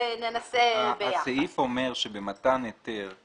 הסעיף אומר שבמתן היתר,